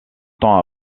temps